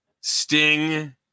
Sting